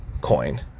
coin